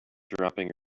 dropping